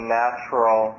natural